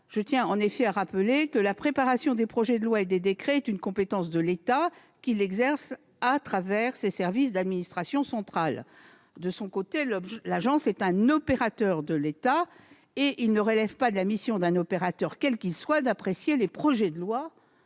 Je tiens à rappeler que la préparation des projets de loi et des décrets est une compétence de l'État, qu'il exerce au travers de ses services d'administration centrale. De son côté, l'agence est un opérateur de l'État, et il ne relève pas de la mission d'un opérateur, quel qu'il soit, d'apprécier les projets de loi